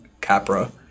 Capra